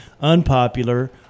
unpopular